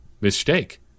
mistake